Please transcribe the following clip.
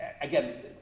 again